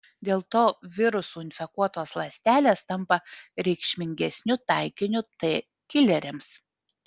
dėl to virusų infekuotos ląstelės tampa reikšmingesniu taikiniu t kileriams